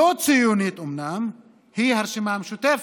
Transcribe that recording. לא ציונית, אומנם, הוא הרשימה המשותפת,